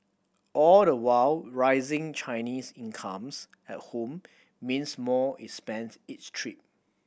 all the while rising Chinese incomes at home means more is spent each trip